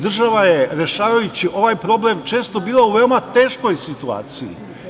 Država je, rešavajući ovaj problem, često bila u veoma teškoj situaciji.